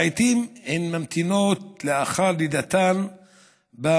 לעיתים הן ממתינות לאחר הלידה במסדרונות